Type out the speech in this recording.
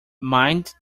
mind